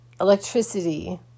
Electricity